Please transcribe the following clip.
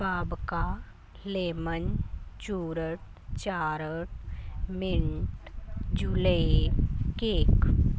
ਭਾਵ ਕਾ ਲੇਮਨ ਚੂਰਤ ਚਾਰ ਮਿਨਟ ਜੂਲੇ ਕੇਕ